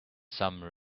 some